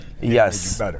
Yes